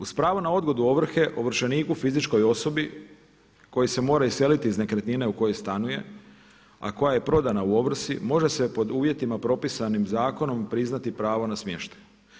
Uz pravo na odgodu ovrhe, ovršeniku fizičkoj osobi koji se mora iseliti iz nekretnine u kojoj stanuje a koja je prodana u ovrsi može se pod uvjetima pripisanim zakonom priznati pravo na smještaj.